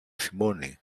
θυμώνει